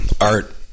art